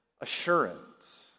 assurance